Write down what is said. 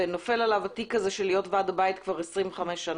ונופל עליו התיק של להיות ועד הבית 25 שנה